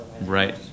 Right